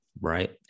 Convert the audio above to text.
right